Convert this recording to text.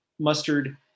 mustard